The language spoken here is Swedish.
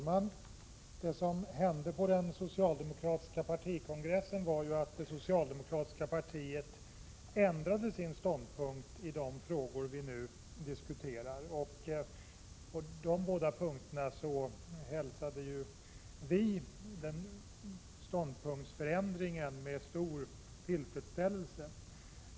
Fru talman! Det som hände på den socialdemokratiska partikongressen var att det socialdemokratiska partiet ändrade sin ståndpunkt i båda de frågor som vi nu diskuterar. Vi hälsade denna ståndpunktsändring med stor tillfredsställelse.